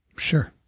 sure.